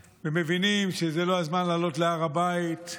ומבינים שזה לא הזמן לעלות להר הבית,